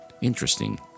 interesting